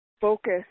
focus